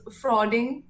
frauding